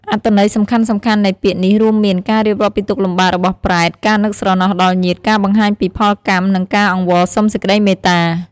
អត្ថន័យសំខាន់ៗនៃបទនេះរួមមាន ការរៀបរាប់ពីទុក្ខលំបាករបស់ប្រេត ការនឹកស្រណោះដល់ញាតិ ការបង្ហាញពីផលកម្ម និងការអង្វរសុំសេចក្តីមេត្តា។